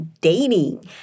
dating